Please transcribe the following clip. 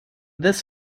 this